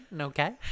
Okay